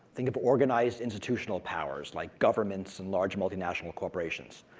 think of organized institutional powers like governments and large multi-international corporations.